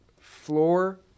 floor